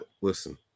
listen